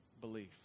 belief